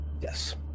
Yes